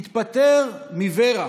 התפטר מור"ה.